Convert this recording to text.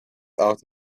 out